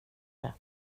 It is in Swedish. det